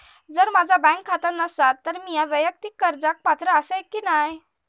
जर माझा बँक खाता नसात तर मीया वैयक्तिक कर्जाक पात्र आसय की नाय?